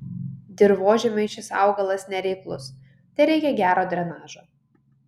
dirvožemiui šis augalas nereiklus tereikia gero drenažo